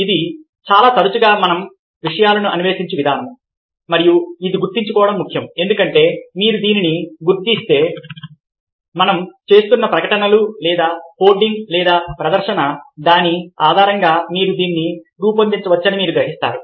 ఇది చాలా తరచుగా మనం విషయాలను అన్వేషించు విధానం మరియు ఇది గుర్తుంచుకోవడం ముఖ్యం ఎందుకంటే మీరు దీన్ని గుర్తిస్తే మనం చేస్తున్న ప్రకటనలు లేదా హోర్డింగ్ లేదా ప్రదర్శన దాని ఆధారంగా మీరు దీన్ని రూపొందించవచ్చని మీరు గ్రహిస్తారు